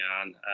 on